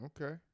Okay